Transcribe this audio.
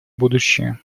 будущее